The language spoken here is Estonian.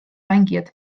mängijad